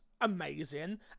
amazing